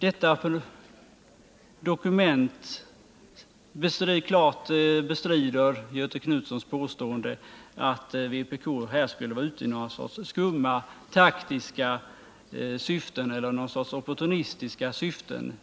detta dokument klart bestrider Göthe Knutsons påstående, att vpk skulle vara ute i några skumma, taktiska eller opportunistiska syften.